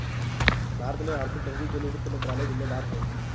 भारत में आर्थिक तंगी के लिए वित्त मंत्रालय ज़िम्मेदार है